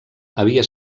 havia